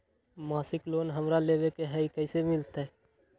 मासिक लोन हमरा लेवे के हई कैसे मिलत?